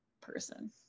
person